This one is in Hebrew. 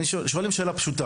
שואלים פה שאלה פשוטה.